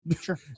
Sure